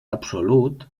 absolut